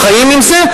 חיים עם זה,